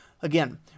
Again